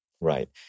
Right